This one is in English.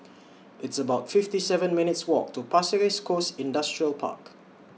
It's about fifty seven minutes' Walk to Pasir Ris Coast Industrial Park